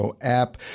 app